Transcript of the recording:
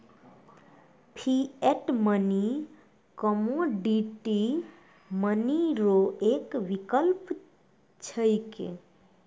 fiat money commodity money रो एक विकल्प छिकै